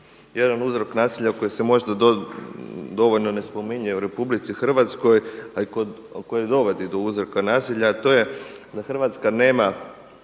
jedan uzrok nasilja koji se možda dovoljno ne spominje u RH, a i koji dovodi do uzroka nasilja, a to je da Hrvatska nema